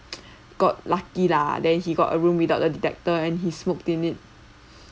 got lucky lah then he got a room without a detector and he smoked in it